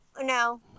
No